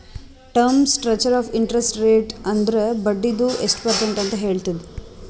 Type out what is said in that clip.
term structure of interest rates ಅಂದುರ್ ಬಡ್ಡಿದು ಎಸ್ಟ್ ಪರ್ಸೆಂಟ್ ಅಂತ್ ಹೇಳ್ತುದ್